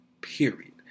Period